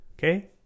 Okay